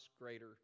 greater